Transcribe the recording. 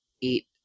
eat